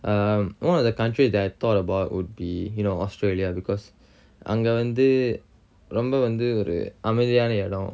um one of the countries I thought about would be you know australia because அங்க வந்து ரொம்ப வந்து ஒரு அமைதியான எடம்:anga vanthu romba vanthu oru amaithiyana edam